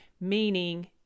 meaning